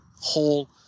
whole